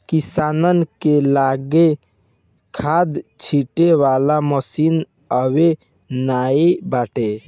किसानन के लगे खाद छिंटे वाला मशीन अबे नाइ बाटे